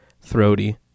throaty